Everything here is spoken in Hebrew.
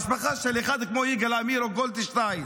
משפחה של אחד כמו יגאל עמיר או גולדשטיין,